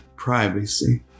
Privacy